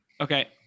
Okay